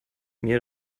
mir